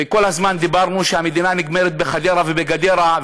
וכל הזמן אמרנו שהמדינה נגמרת בחדרה ובגדרה,